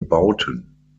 bauten